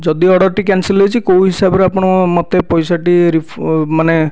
ଯଦି ଅର୍ଡ଼ରଟି କ୍ୟାନସଲ ହୋଇଛି କେଉଁ ହିସାବରେ ଆପଣ ମୋତେ ପଇସାଟି ମାନେ